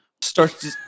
Starts